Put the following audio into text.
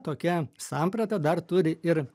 tokia samprata dar turi ir